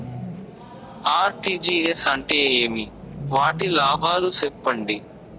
RTGS అంటే ఏమి? వాటి లాభాలు సెప్పండి?